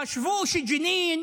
חשבו שג'נין